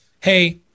hey